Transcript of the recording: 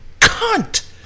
cunt